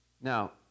Now